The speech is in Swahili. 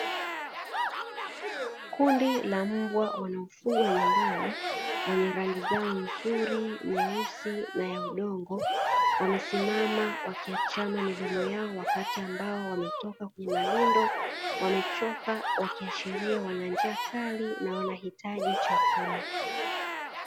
Kundi la mbwa wanaofugwa nyumbani wenye rangi zao nzuri nyeusi na ya udongo, wamesimama wakiachana midomo yao wakati ambao wametoka kwenye malindo wamechoka wakiashiria wana njaa kali na wanahitaji chakula.